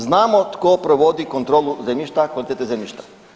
Znamo tko provodi kontrolu zemljišta, kvalitete zemljišta.